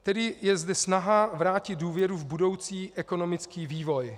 Tedy je zde snaha vrátit důvěru v budoucí ekonomický vývoj.